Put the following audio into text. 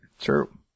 True